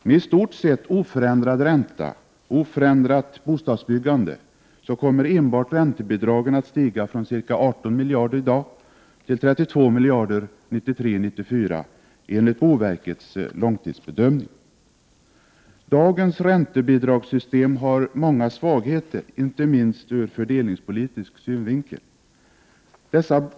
Med i stort sett oförändrad ränta och oförändrat bostadsbyggande kommer enbart räntebidragen att stiga från i dag ca 18 miljarder kronor till 32 miljarder 1993/94, enligt boverkets långtidsbedömning. Dagens räntebidragssystem har många svagheter inte minst ur fördelningspolitisk synvinkel.